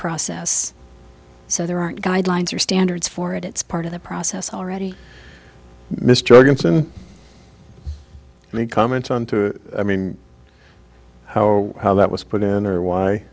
process so there aren't guidelines or standards for it it's part of the process already mr gunson made comment on to i mean how how that was put in or